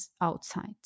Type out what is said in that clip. outside